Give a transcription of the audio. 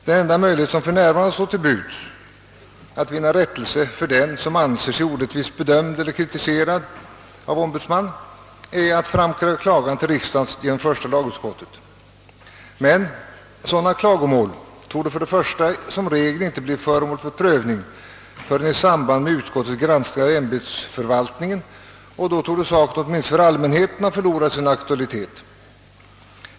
Den enda möjlighet som för närvarande står till buds för den som anser sig orättvist bedömd eller kritiserad av ombudsman är att framföra klagan till riksdagen genom första lagutskottet. Men sådana klagomål torde för det första som regel inte bli föremål för prövning förrän i samband med utskottets granskning av ämbetsförvaltningen, och då torde saken åtminstone för allmänheten ha förlorat sin aktualitet.